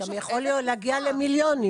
זה גם יכול להגיע למיליונים.